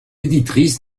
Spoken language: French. éditrice